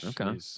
okay